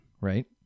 Right